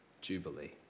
Jubilee